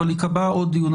אבל ייקבע עוד דיון.